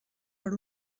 per